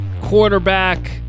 quarterback